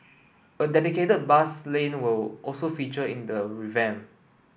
a dedicated bus lane will also feature in the revamp